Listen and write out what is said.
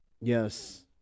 yes